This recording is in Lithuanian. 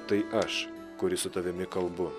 tai aš kuris su tavimi kalbu